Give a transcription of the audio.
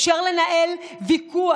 אפשר לנהל ויכוח,